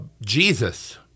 Jesus